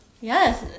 Yes